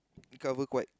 cover quite